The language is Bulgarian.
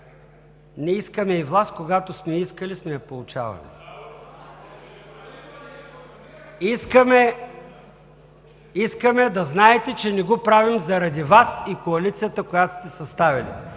Не искаме и власт. Когато сме искали, сме я получавали. (Реплики от ГЕРБ и ОП.) Искаме да знаете, че не го правим заради Вас и коалицията, която сте съставили.